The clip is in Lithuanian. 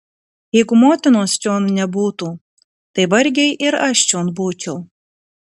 jeigu motinos čion nebūtų tai vargiai ir aš čion būčiau